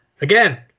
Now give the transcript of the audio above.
again